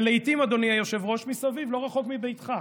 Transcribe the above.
ולעיתים, אדוני היושב-ראש, מסביב, לא רחוק מביתך,